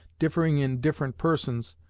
differing in different persons,